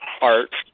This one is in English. Art